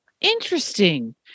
interesting